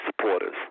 supporters